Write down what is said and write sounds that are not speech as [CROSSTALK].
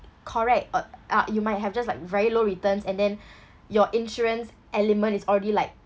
correct o~ a~ you might have just like very low returns and then [BREATH] your insurance element is already like